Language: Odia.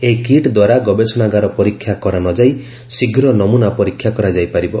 ଏହି କିଟ୍ ଦ୍ୱାରା ଗବେଷଣାଗାର ପରୀକ୍ଷା କରାନଯାଇ ଶୀଘ୍ର ନମୁନା ପରୀକ୍ଷା କରାଯାଇ ପାରିବ